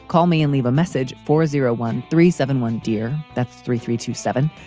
call me and leave a message for zero one three seven one, dear. that's three three two seven.